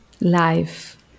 life